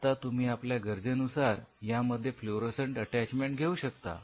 आता तुम्ही आपल्या गरजेनुसार यामध्ये फ्लोरोसेंट अटॅचमेंट घेऊ शकता